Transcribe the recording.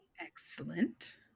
Excellent